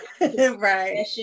Right